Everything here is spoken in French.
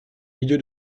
milieu